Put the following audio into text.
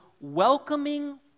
welcoming